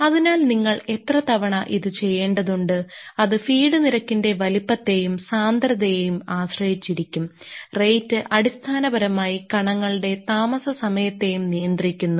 അതിനാൽ നിങ്ങൾ എത്ര തവണ ഇത് ചെയ്യേണ്ടതുണ്ട് അത് ഫീഡ് നിരക്കിന്റെ വലിപ്പത്തേയും സാന്ദ്രതയെയും ആശ്രയിച്ചിരിക്കും റേറ്റ് അടിസ്ഥാനപരമായി കണങ്ങളുടെ താമസ സമയത്തെയും നിയന്ത്രിക്കുന്നു